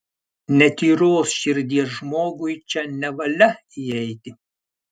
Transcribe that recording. netyros širdies žmogui čia nevalia įeiti